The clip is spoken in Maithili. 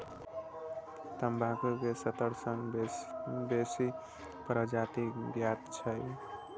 तंबाकू के सत्तर सं बेसी प्रजाति ज्ञात छै